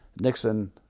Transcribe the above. Nixon